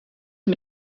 mit